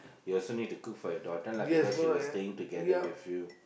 you also need to cook for your daughter lah because she was staying together with you